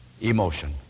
emotion